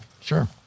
sure